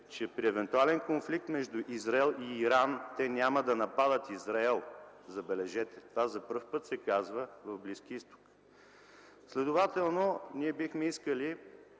че при евентуален конфликт между Израел и Иран те няма да нападат Израел. Забележете, това за първи път се казва в Близкия Изток. Следователно, ние бихме искали,